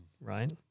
right